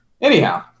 Anyhow